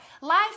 Life